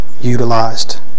utilized